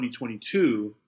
2022